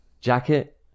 Jacket